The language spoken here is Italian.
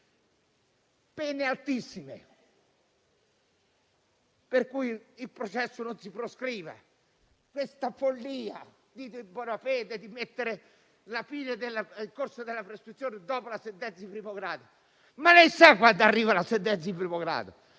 pene altissime, per cui il processo non si prescrive, perché questa follia di Bonafede di prevedere la prescrizione dopo la sentenza di primo grado? Lei sa quando arriva la sentenza di primo grado?